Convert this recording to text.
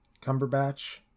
Cumberbatch